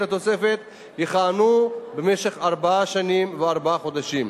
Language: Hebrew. לתוספת יכהנו במשך ארבע שנים וארבעה חודשים.